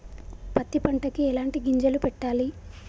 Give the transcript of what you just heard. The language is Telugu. పత్తి పంటకి ఎలాంటి గింజలు పెట్టాలి?